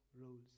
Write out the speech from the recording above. roles